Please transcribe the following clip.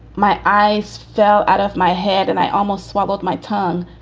my eyes fell out of my head and i almost swallowed my tongue.